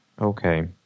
Okay